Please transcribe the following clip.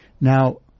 Now